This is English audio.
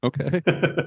Okay